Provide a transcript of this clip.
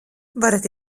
varat